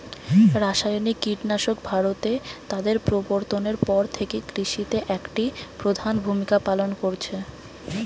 রাসায়নিক কীটনাশক ভারতে তাদের প্রবর্তনের পর থেকে কৃষিতে একটি প্রধান ভূমিকা পালন করেছে